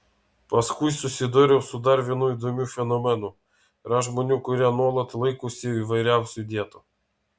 paskui susidūriau su dar vienu įdomiu fenomenu yra žmonių kurie nuolat laikosi įvairiausių dietų